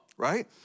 right